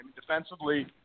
defensively